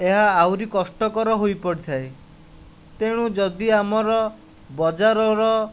ଏହା ଆହୁରି କଷ୍ଟ କର ହୋଇପଡ଼ିଥାଏ ତେଣୁ ଯଦି ଆମର ବଜାରର